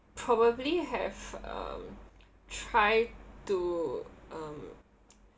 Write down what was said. probably have uh try to um